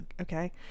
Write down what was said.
okay